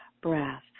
breath